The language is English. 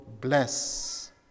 bless